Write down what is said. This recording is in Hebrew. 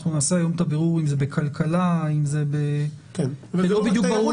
אנחנו נעשה היום את הבירור אם זה בכלכלה --- זה לא רק תיירות,